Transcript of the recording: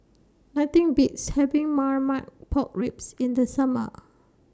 Nothing Beats having Marmite Pork Ribs in The Summer